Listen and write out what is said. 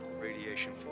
radiation